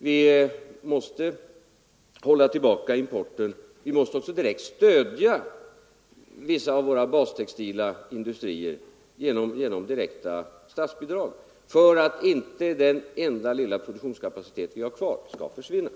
Vi måste hålla tillbaka importen, och vi måste också direkt stödja vissa av våra bastextila industrier genom direkta statsbidrag, för att inte den enda lilla produktionskapacitet vi har kvar skall försvinna.